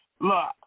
look